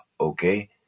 okay